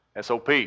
SOP